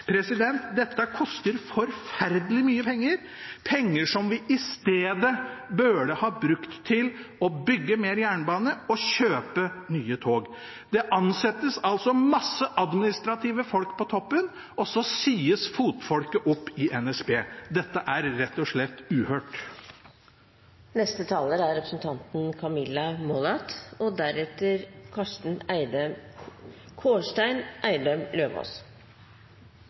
Dette koster forferdelig mye penger, penger som man i stedet burde ha brukt til å bygge mer jernbane og kjøpe nye tog. Det ansettes altså mange folk i administrasjonen på toppen, og så sies fotfolket i NSB opp. Dette er rett og slett uhørt. Hvert år får over 30 000 kreft i Norge, og